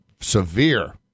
severe